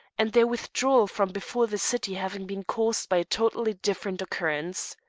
and their withdrawal from before the city having been caused by a totally different occurrence.